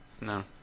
No